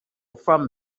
from